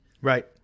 Right